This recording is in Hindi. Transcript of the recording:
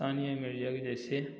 सानिया मिर्जा के जैसे